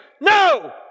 no